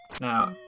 Now